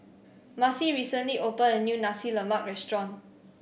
Marcy recently open a new Nasi Lemak restaurant